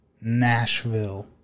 Nashville